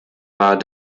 war